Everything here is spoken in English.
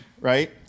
right